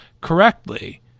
correctly